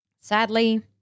Sadly